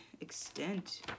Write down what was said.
extent